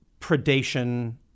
predation